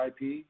IP